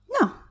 No